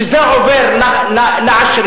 שזה עובר לעשירים.